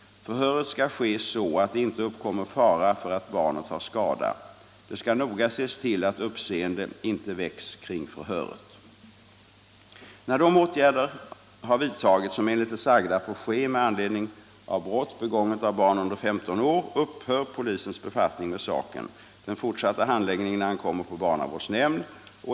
Förhöret skall ske så att det inte uppkommer fara för att barnet tar skada. Det skall noga ses till att uppseende inte väcks kring förhöret. När de åtgärder har vidtagits som enligt det sagda får ske med anledning av brott begånget av barn under 15 år, upphör polisens befattning med saken. Den fortsatta handläggningen ankommer på barnavårdsnämnd.